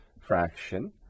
fraction